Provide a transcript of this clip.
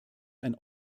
ein